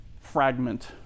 fragment